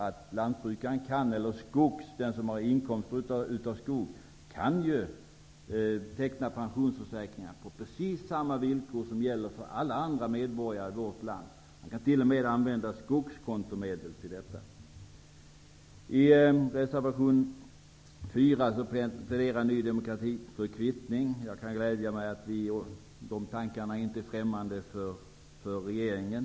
Det är faktiskt så, att den som har inkomster av skog kan teckna pensionsförsäkringar på precis samma villkor som gäller för alla andra medborgare i vårt land. Även skogskontomedel kan användas för det ändamålet. Det är glädjande att de tankarna inte är främmande för regeringen.